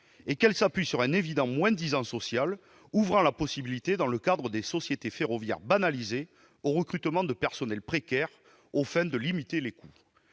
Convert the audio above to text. outre, elle s'appuie sur un évident moins-disant social, ouvrant la possibilité, dans le cadre des sociétés ferroviaires banalisées, d'un recrutement de personnels précaires, aux fins de limiter les coûts.